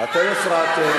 אתם הפרעתם.